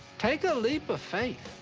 take a leap of faith.